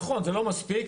נכון, זה לא מספיק.